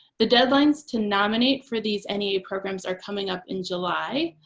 the deadlines to nominate for these any programs are coming up in july,